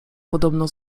podobno